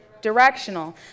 directional